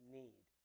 need